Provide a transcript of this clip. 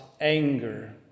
anger